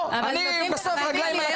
לא, אני בסוף עם רגליים על הקרקע.